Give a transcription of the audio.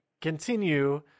continue